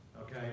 Okay